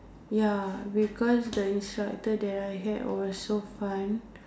ya because the instructor that I had was so fun